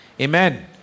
Amen